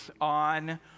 on